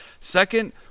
Second